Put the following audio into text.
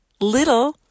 Little